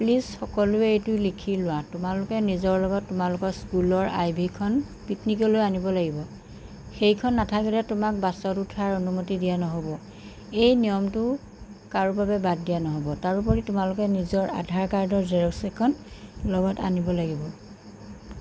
please সকলোৱে এইটো লিখি লোৱা তোমালোকে নিজৰ লগত তোমালোকৰ স্কুলৰ আই ডিখন পিকনিকলৈ আনিব লাগিব সেইখন নাথাকিলে তোমাক বাছত উঠাৰ অনুমতি দিয়া নহ'ব এই নিয়মটো কাৰো বাবে বাদ দিয়া নহ'ব তাৰোপৰি তোমালোকে নিজৰ আধাৰ কাৰ্ডৰ জেৰক্স এখন লগত আনিব লাগিব